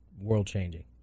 world-changing